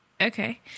Okay